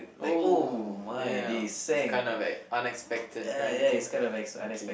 oh damn it's kinda like unexpected kind of thing okay